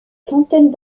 centaines